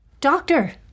Doctor